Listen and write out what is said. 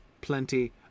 plenty